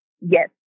Yes